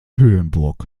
höhenburg